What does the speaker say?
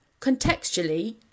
Contextually